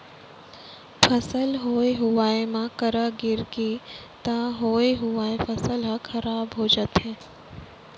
फसल होए हुवाए म करा गिरगे त होए हुवाए फसल ह खराब हो जाथे